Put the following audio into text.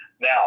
Now